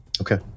okay